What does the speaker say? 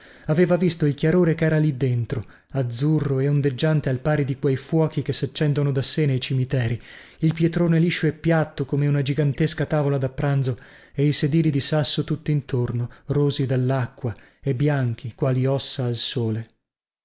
aveva visto il chiarore chera lì dentro azzurro e ondeggiante al pari di quei fuochi che saccendono da sè nei cimiteri il pietrone liscio e piatto come una gigantesca tavola da pranzo e i sedili di sasso tuttintorno rosi dallacqua e bianchi quali ossa al sole